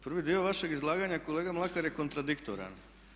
Prvi dio vašeg izlaganja kolega Mlakar je kontradiktoran.